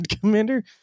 commander